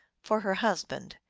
for her husband.